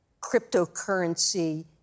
cryptocurrency